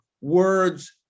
words